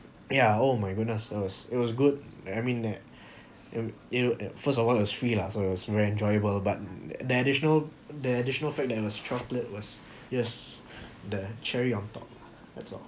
yeah oh my goodness it was it was good I mean that I mean it first of all it was free lah so it was very enjoyable but the the additional the additional fact that it was chocolate was yes the cherry on top that's all